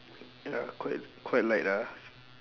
ya quite quite light ah